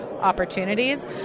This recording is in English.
opportunities